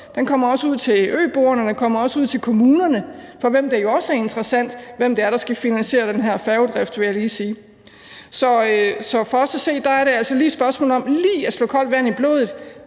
den kommer også ud til øboerne og til kommunerne, for hvem det jo også er interessant, hvem der skal finansiere den her færgedrift, vil jeg lige sige. Så for os at se er det et spørgsmål om lige at slå koldt vand i blodet.